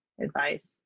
advice